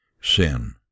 Sin